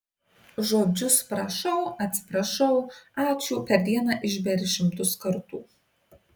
žodžius prašau atsiprašau ačiū per dieną išberi šimtus kartų